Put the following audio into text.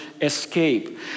escape